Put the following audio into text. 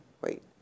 Wait